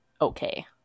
okay